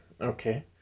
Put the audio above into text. okay